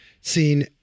seen